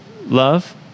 love